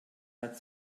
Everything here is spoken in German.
hat